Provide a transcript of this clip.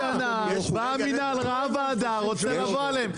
בא המינהל ראה ועדה, רוצה לבוא עליהם.